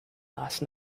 last